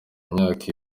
imyaka